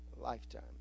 lifetime